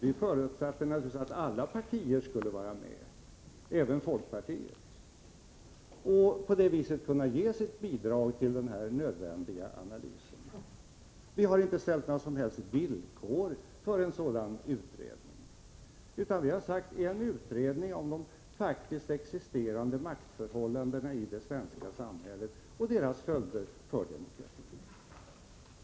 Vi förutsatte naturligtvis att alla partier skulle vara med — även folkpartiet — och på det sättet ge sitt bidrag till denna nödvändiga analys. Vi har inte ställt några som helst villkor för en sådan utredning, utan vi har sagt att vi vill ha en utredning om de faktiskt existerande maktförhållandena i det svenska samhället och deras följder för demokratin.